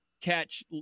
catch